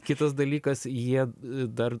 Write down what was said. kitas dalykas jie a dar